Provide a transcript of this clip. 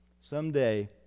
Someday